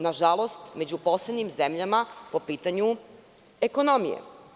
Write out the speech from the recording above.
Nažalost, među poslednjim zemljama smo po pitanju ekonomije.